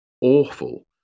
awful